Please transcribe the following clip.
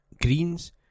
Greens